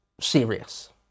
serious